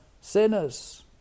sinners